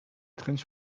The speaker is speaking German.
trends